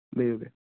بِہِو بِہِو